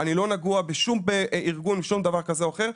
אני לא נגוע בשום ארגון ושום דבר כזה או אחר,